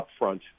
upfront